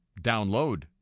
download